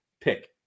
pick